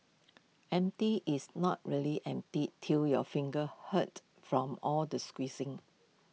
empty is not really empty till your fingers hurt from all the squeezing